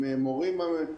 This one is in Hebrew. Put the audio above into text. עם מורים.